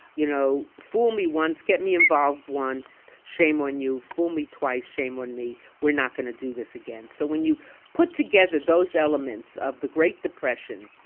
you know, full me once, get me involved once shame on you. fool me twice, shame on me. we're not going to do this again. so when you put together those elements of the great depression,